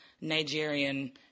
Nigerian